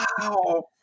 Wow